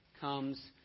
comes